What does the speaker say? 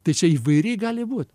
tai čia įvairi gali būt